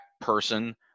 person